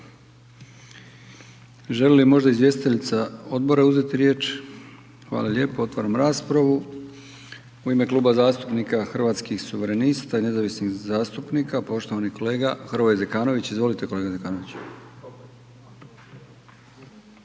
riznice. **Brkić, Milijan (HDZ)** Hvala lijepo. Otvaram raspravu. U ime Kluba zastupnika Hrvatskih suverenista i nezavisnih zastupnika poštovani kolega Hrvoje Zekanović. Izvolite kolega Zekanović.